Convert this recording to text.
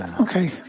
Okay